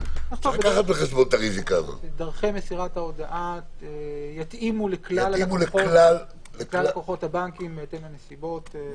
נכתוב שדרכי מסירת ההודעה יתאימו לכלל לקוחות הבנקים בהתאם לנסיבות.